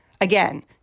Again